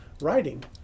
writing